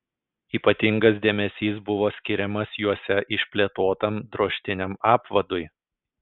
ypatingas dėmesys buvo skiriamas juose išplėtotam drožtiniam apvadui